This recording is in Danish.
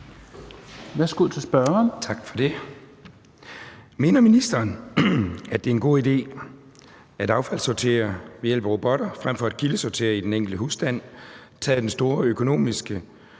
Thulesen Dahl (DF): Tak for det. Mener ministeren, at det er en god idé at affaldssortere ved hjælp af robotter frem for at kildesortere i den enkelte husstand, taget den store økonomiske